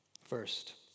First